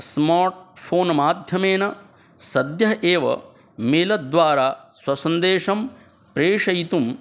smart phone माध्यमेन सद्यः एव मेलद्वारा स्वसन्देशं प्रेषयितुं